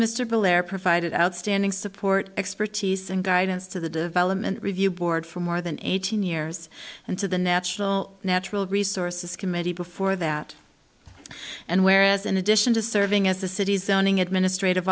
mr blair provided outstanding support expertise and guidance to the development review board for more than eighteen years and to the national natural resources committee before that and whereas in addition to serving as a city zoning administrative